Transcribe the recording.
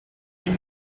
une